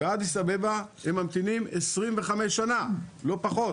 באדיס אבבה הם ממתינים 25 שנה, לא פחות.